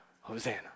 Hosanna